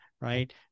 right